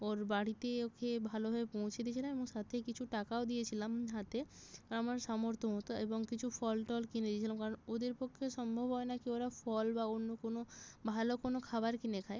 ওর বাড়িতে ওকে ভালোভাবে পৌঁছে দিয়েছিলাম এবং সাথে কিছু টাকাও দিয়েছিলাম হাতে আমার সামর্থ্য মতো এবং কিছু ফল টল কিনে দিয়েছিলাম কারণ ওদের পক্ষে সম্ভব হয় না কি ওরা ফল বা অন্য কোনো ভালো কোনো খাবার কিনে খায়